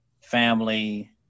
family